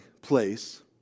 place